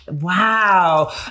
Wow